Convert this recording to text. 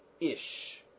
ish